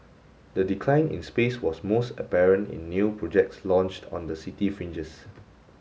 the decline in space was most apparent in new projects launched on the city fringes